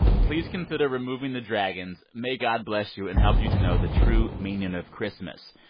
please consider removing the dragons. may god bless you and help you to know the true meaning of christmas.